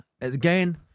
Again